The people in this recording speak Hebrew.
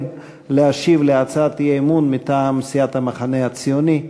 להשיב על הצעת אי-אמון מטעם סיעת המחנה הציוני.